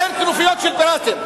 אין כנופיות של פיראטים.